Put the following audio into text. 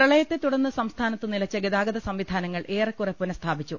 പ്രളയത്തെ തുടർന്ന് സംസ്ഥാനത്ത് നിലച്ച ഗതാഗത സംവി ധാനങ്ങൾ ഏറെക്കുറെ പുനസ്ഥാപിച്ചു